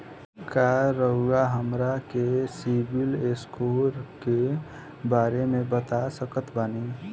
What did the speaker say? का रउआ हमरा के सिबिल स्कोर के बारे में बता सकत बानी?